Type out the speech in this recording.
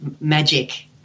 magic